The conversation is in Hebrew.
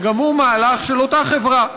שגם הוא מהלך של אותה חברה,